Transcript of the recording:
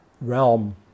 realm